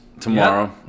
tomorrow